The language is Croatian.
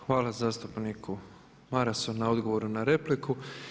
Hvala zastupniku Marasu na odgovoru na repliku.